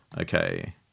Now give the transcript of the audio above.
Okay